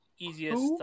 Easiest